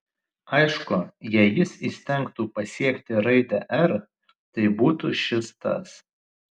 aišku jei jis įstengtų pasiekti raidę r tai būtų šis tas